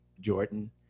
Jordan